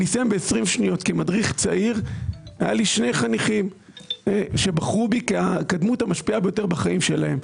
כמדריך צעיר היו לי שני חניכים שבחרו בי כדמות המשפיעה ביותר בחייהם.